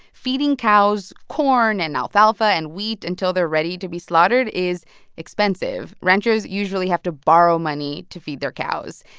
feeding cows corn and alfalfa and wheat until they're ready to be slaughtered is expensive. ranchers usually have to borrow money to feed their cows,